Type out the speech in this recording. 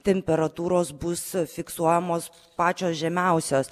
temperatūros bus fiksuojamos pačios žemiausios